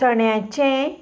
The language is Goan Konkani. चण्याचें